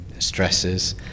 stresses